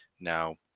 Now